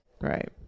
Right